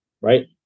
Right